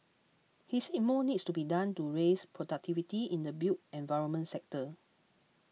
he said more needs to be done to raise productivity in the built environment sector